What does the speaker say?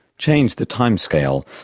change the time scale,